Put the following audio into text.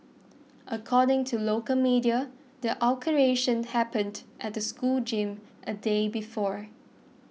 according to local media the altercation happened at the school gym a day before